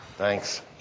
Thanks